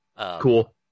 cool